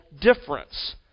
difference